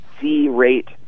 C-rate